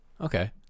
Okay